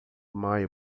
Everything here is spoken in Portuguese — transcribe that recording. maio